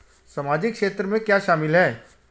सामाजिक क्षेत्र में क्या शामिल है?